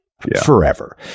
forever